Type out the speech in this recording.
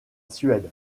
suède